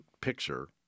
picture